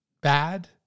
bad